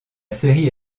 série